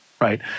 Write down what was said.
right